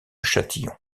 châtillon